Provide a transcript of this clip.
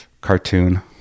Cartoon